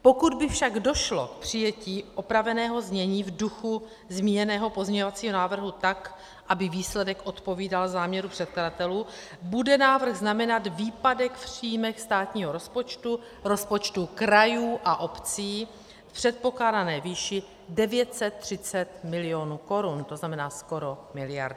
Pokud by však došlo k přijetí opraveného znění v duchu zmíněného pozměňovacího návrhu tak, aby výsledek odpovídal záměru předkladatelů, bude návrh znamenat výpadek v příjmech státního rozpočtu, rozpočtu krajů a obcí v předpokládané výši 930 milionů korun, to znamená skoro miliardu.